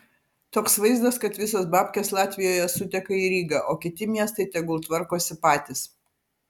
toks vaizdas kad visos babkės latvijoje suteka į rygą o kiti miestai tegul tvarkosi patys